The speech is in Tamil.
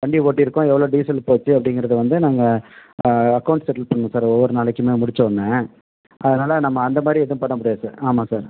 வண்டி ஓட்டிருக்கோம் எவ்வளோ டீசல் போச்சு அப்படிங்கிறத வந்து நாங்கள் அக்கௌண்ட்ஸ் செட்டில் பண்ணணும் சார் ஒவ்வொரு நாளைக்குமே முடித்த ஒடனே அதனாலே நம்ம அந்த மாதிரி எதுவும் பண்ண முடியாது சார் ஆமாம் சார்